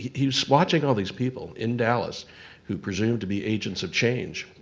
he's watching all these people in dallas who presumed to be agents of change.